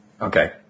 Okay